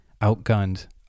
outgunned